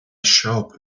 shop